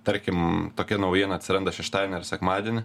tarkim tokia naujiena atsiranda šeštadienį ar sekmadienį